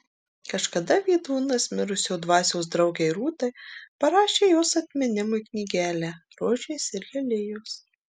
kažkada vydūnas mirus jo dvasios draugei rūtai parašė jos atminimui knygelę rožės ir lelijos